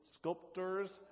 Sculptors